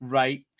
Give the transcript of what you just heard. right